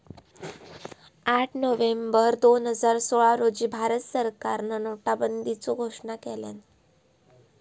आठ नोव्हेंबर दोन हजार सोळा रोजी भारत सरकारान नोटाबंदीचो घोषणा केल्यान